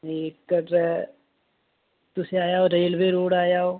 ते कटरै तुसी आएओ रेलवे रोड आई जाओ